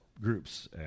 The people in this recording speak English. groups